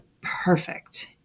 perfect